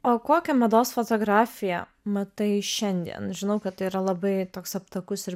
o kokią mados fotografiją matai šiandien žinau kad tai yra labai toks aptakus ir